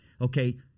Okay